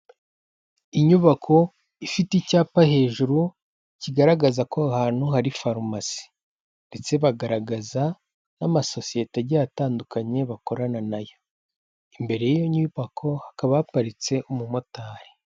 Inyubako ifite icyapa hejuru, kigaragaza ko aho hantu hari farumasi. Ndetse bagaragaza n'amasosiyete agiye atandukanye bakorana nayo. Imbere y'iyo nyubako hakaba haparitse umumotari.